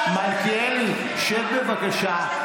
מלכיאלי, שב, בבקשה.